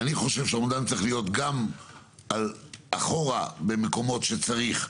אני חושב שהאומדן צריך להיות גם אחורה במקומות שצריך,